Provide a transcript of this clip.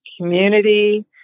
community